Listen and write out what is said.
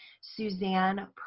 Suzanne